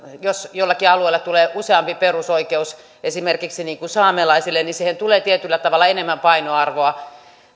jos jollekin alueelle tulee useampi perusoikeus niin kuin esimerkiksi saamelaisille niin siihen tulee tietyllä tavalla enemmän painoarvoa